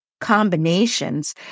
combinations